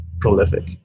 prolific